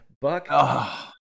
Buck